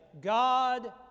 God